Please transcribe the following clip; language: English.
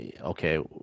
okay